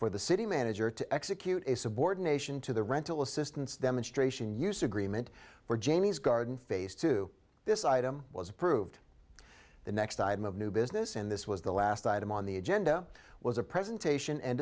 for the city manager to execute a subordination to the rental assistance demonstration use agreement for jamie's garden face to this item was approved the next item of new business and this was the last item on the agenda was a presentation and